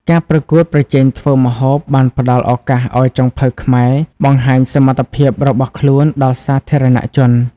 ការប្រកួតប្រជែងធ្វើម្ហូបបានផ្តល់ឱកាសឲ្យចុងភៅខ្មែរបង្ហាញសមត្ថភាពរបស់ខ្លួនដល់សាធារណជន។